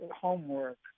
homework